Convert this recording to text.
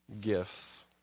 gifts